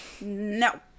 no